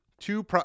two